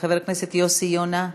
חבר הכנסת יוסי יונה,